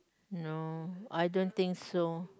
no I don't think so